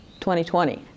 2020